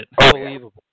unbelievable